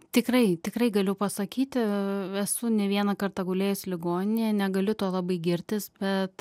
tikrai tikrai galiu pasakyti esu ne vieną kartą gulėjusi ligoninėje negaliu tuo labai girtis bet